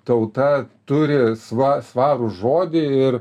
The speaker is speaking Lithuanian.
tauta turi sva svarų žodį ir